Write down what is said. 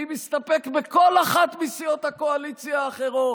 אני מסתפק בכל אחת מסיעות הקואליציה האחרות,